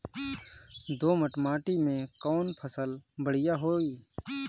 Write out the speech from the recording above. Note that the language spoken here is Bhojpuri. दोमट माटी में कौन फसल बढ़ीया होई?